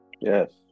yes